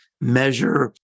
measure